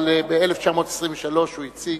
אבל ב-1923 הוא הציג,